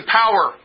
power